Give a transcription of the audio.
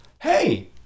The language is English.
Hey